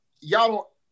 Y'all